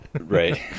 Right